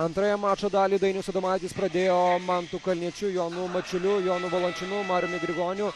antrąją mačo dalį dainius adomaitis pradėjo mantu kalniečiu jonu mačiuliu jonu valančiūnu mariumi grigoniu